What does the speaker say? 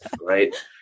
right